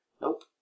Nope